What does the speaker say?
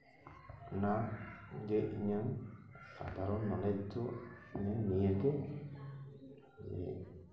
ᱚᱱᱟ ᱜᱮ ᱤᱧᱟᱹᱝ ᱥᱟᱫᱷᱟᱨᱚᱱ ᱱᱚᱞᱮᱡᱽ ᱫᱚ ᱱᱤᱭᱟᱹᱜᱮ